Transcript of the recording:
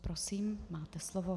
Prosím, máte slovo.